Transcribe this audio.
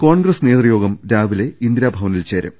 കോൺഗ്രസ് നേതൃയോഗം രാവിലെ ഇന്ദിരാഭവനിൽ ചേരും